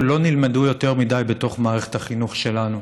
לא נלמדו יותר מדי בתוך מערכת החינוך שלנו,